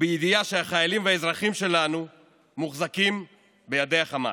בידיעה שהחיילים והאזרחים שלנו מוחזקים בידי החמאס?